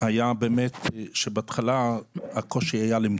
הבעיה העיקרית היא התשלום לעובדים.